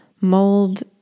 mold